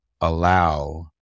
allow